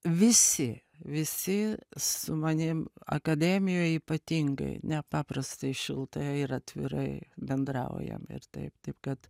visi visi su manim akademijoj ypatingai nepaprastai šiltai ir atvirai bendraujam ir taip taip kad